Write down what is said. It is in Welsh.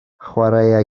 chwaraea